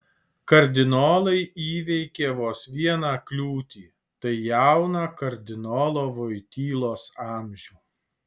kardinolai įveikė vos vieną kliūtį tai jauną kardinolo voitylos amžių